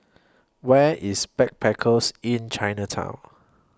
Where IS Backpackers Inn Chinatown